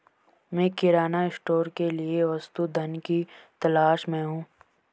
मैं किराना स्टोर के लिए वस्तु धन की तलाश में हूं